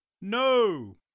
No